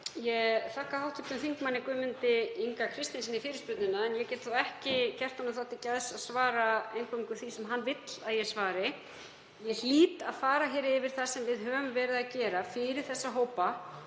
Ég þakka hv. þm. Guðmundi Inga Kristinssyni fyrirspurnina. Ég get þó ekki gert honum það til geðs að svara eingöngu því sem hann vill að ég svari. Ég hlýt að fara yfir það sem við höfum verið að gera fyrir þessa hópa.